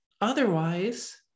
otherwise